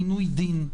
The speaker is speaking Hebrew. עינוי דין,